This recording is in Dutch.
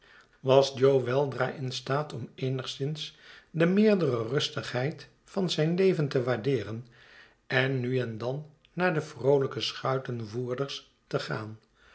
was jo weldra in staat om eenigszins de meerdere rustigheid van zijn leven te waardeeren en nu en dan naar de vroolijke schuitenvoerders te gaan